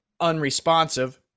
unresponsive